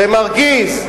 זה מרגיז.